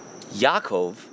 Yaakov